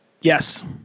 Yes